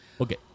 Okay